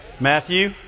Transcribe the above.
Matthew